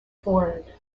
forehead